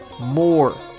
more